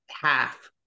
half